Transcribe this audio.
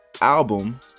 album